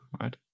right